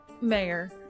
Mayor